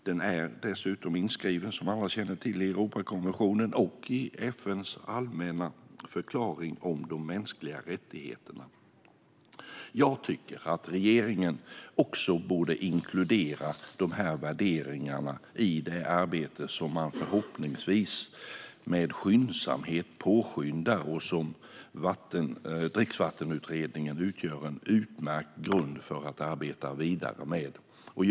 Den är dessutom, som alla känner till, inskriven i Europakonventionen och i FN:s allmänna förklaring om de mänskliga rättigheterna. Jag tycker att regeringen borde inkludera dessa värderingar i det arbete som man förhoppningsvis påskyndar. Där utgör Dricksvattenutredningen en utmärkt grund för det vidare arbetet.